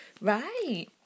Right